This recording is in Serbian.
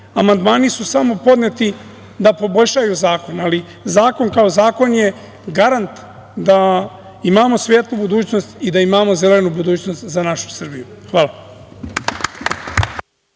amandmani su samo podneti da poboljšaju zakon, ali zakon kao zakon je garant da imamo svetlu budućnost i da imamo zelenu budućnost za našu Srbiju. Hvala.